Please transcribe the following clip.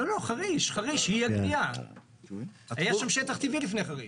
חריש היא --- היה שם שטח טבעי לפני חריש.